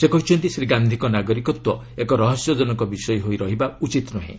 ସେ କହିଛନ୍ତି ଶ୍ରୀ ଗାନ୍ଧିଙ୍କ ନାଗରିକତ୍ୱ ଏକ ରହସ୍ୟଜନକ ବିଷୟ ହୋଇ ରହିବା ଉଚିତ୍ ନୁହେଁ